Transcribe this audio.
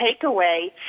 takeaway